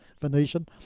Venetian